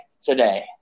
today